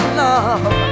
love